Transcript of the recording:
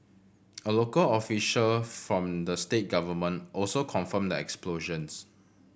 a local official from the state government also confirmed the explosions